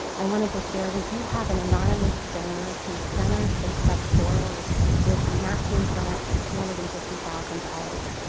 i wanted to share, we do have an anonymous donor who's generously stepped forward with a matching grant of two hundred and fifty thousand dollars.